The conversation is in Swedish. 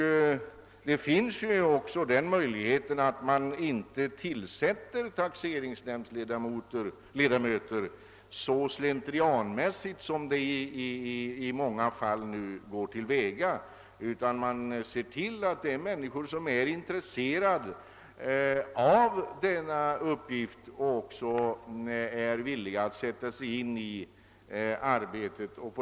Vidare finns ju den möjligheten att inte tillsätta taxeringsnämndsledamöter så slentrianmässigt som nu sker i många fall utan verkligen se till att man får med personer som är intresserade av denna uppgift och villiga att sätta sig in i arbetet.